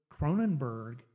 Cronenberg